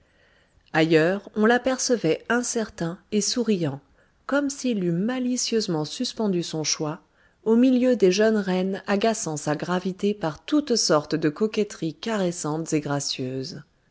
ailleurs on l'apercevait incertain et souriant comme s'il eût malicieusement suspendu son choix au milieu des jeunes reines agaçant sa gravité par toutes sortes de coquetteries caressantes et gracieuses